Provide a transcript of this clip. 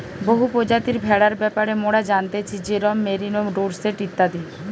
বহু প্রজাতির ভেড়ার ব্যাপারে মোরা জানতেছি যেরোম মেরিনো, ডোরসেট ইত্যাদি